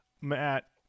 Matt